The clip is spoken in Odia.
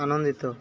ଆନନ୍ଦିତ